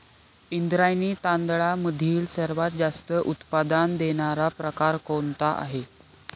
इंद्रायणी तांदळामधील सर्वात जास्त उत्पादन देणारा प्रकार कोणता आहे?